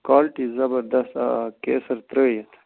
quality زبردَس آ کیثَر ترٛٲوِتھ